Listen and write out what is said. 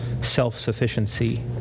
self-sufficiency